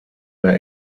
mehr